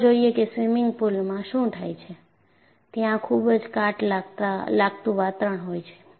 ચાલો જોઈએ કે સ્વિમિંગ પૂલમાં શું થાય છે ત્યાં ખૂબ જ કાટ લાગતું વાતાવરણ હોય છે